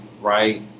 right